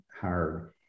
hard